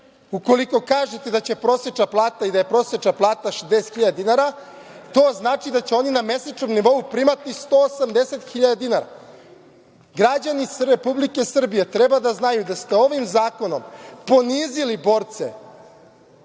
Ukoliko kažete da će prosečna plata i da je prosečna plata 60.000 dinara, to znači da se će oni na mesečnom nivou primati 180.000 dinara. Građani Republike Srbije treba da znaju da ste ovim zakonom ponizili borce